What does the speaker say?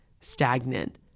stagnant